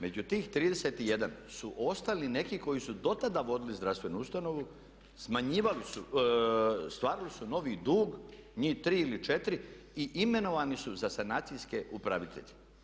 Među tih 31 su ostali neki koji su do tada vodili zdravstvenu ustanovu, smanjivali su, stvarali su novi dug njih tri ili četiri i imenovani su za sanacijske upravitelje.